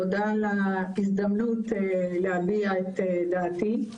תודה על ההזדמנות להביע את דעתי.